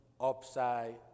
upside